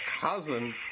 cousin